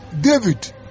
David